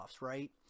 right